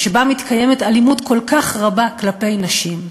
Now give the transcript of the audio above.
שבה מתקיימת אלימות כל כך רבה כלפי נשים.